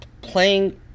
playing